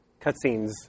cutscenes